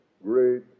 great